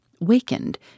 wakened